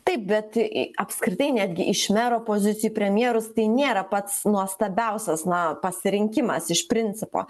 taip bet į apskritai netgi iš mero pozicijų premjerus tai nėra pats nuostabiausias na pasirinkimas iš principo